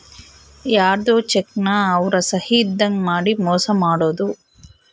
ಯಾರ್ಧೊ ಚೆಕ್ ನ ಅವ್ರ ಸಹಿ ಇದ್ದಂಗ್ ಮಾಡಿ ಮೋಸ ಮಾಡೋದು